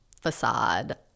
facade